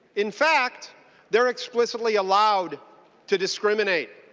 in fact there explicitly allowed to discriminate